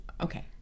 Okay